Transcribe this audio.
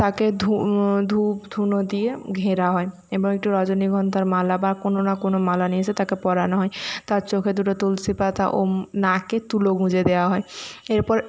তাকে ধূপ ধুনো দিয়ে ঘেরা হয় এবং একটু রজনীগন্ধার মালা বা কোনো না কোনো মালা নিয়ে এসে তাকে পরানো হয় তার চোখে দুটো তুলসি পাতা ও নাকে তুলো গুঁজে দেওয়া হয় এরপর